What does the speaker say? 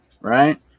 right